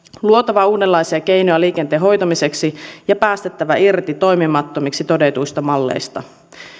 luotava uudenlaisia keinoja liikenteen hoitamiseksi ja päästettävä irti toimimattomiksi todetuista malleista